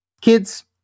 kids